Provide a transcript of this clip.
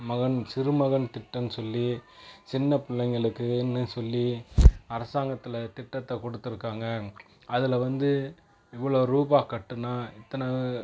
மகன் சிறுமகன் திட்டம் சொல்லி சின்ன பிள்ளைகளுக்குனு சொல்லி அரசாங்கத்தில் திட்டத்தை கொடுத்துருக்காங்கள் அதில் வந்து இவ்வளோ ரூபா கட்டினா இத்தனை